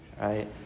right